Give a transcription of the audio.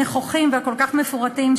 הנכוחים והכל-כך מפורטים,